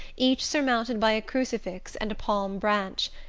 each surmounted by a crucifix and a palm branch,